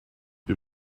you